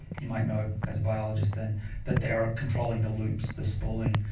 you might know as a biologist then that they are controlling the loops, the spooling,